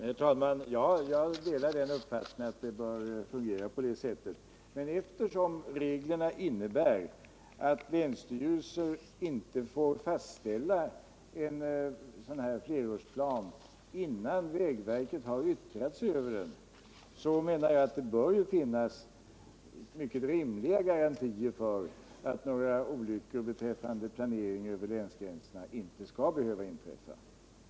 Herr talman! Jag delar uppfattningen att det bör fungera på det sättet. Men eftersom reglerna innebär att länsstyrelser inte får fastställa en sådan här flerårsplan innan vägverket yttrat sig över den, anser jag att det bör finnas rimliga garantier för att några olyckor beträffande planeringen över länsgränserna inte skall behöva inträffa.